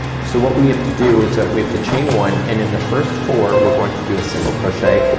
so what we have to do, is that we have to chain one, and in the first four, we're going to do a single crochet,